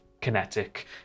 kinetic